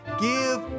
give